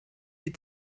die